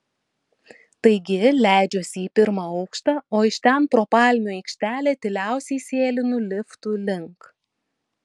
taigi leidžiuosi į pirmą aukštą o iš ten pro palmių aikštelę tyliausiai sėlinu liftų link